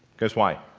because why?